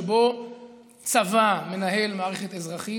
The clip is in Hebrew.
שבה צבא מנהל מערכת אזרחית,